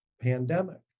pandemic